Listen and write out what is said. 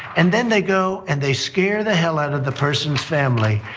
and then, they go and they scare the hell out of the person's family.